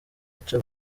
aca